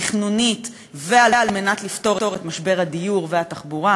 ותכנונית וכדי לפתור את משבר הדיור והתחבורה,